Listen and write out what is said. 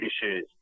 issues